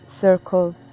circles